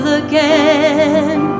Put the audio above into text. again